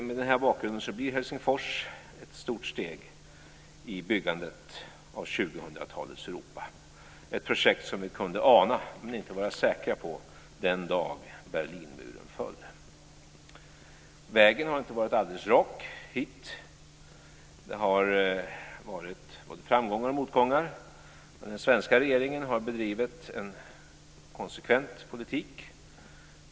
Med den här bakgrunden blir Helsingforsmötet ett stort steg i byggandet av 2000-talets Europa, ett projekt som vi kunde ana men inte vara säkra på den dag Vägen hit har inte varit alldeles rak. Det har varit både framgångar och motgångar. Men den svenska regeringen har bedrivit en konsekvent politik.